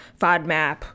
FODMAP